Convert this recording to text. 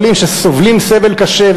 חולים שסובלים סבל קשה,